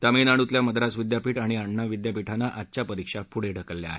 तामिळनाडूतल्या मद्रास विद्यापीठ आणि अण्णा विद्यापीठानं आजच्या परिक्षा पुढे ढकल्या आहेत